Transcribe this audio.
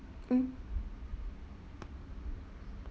mm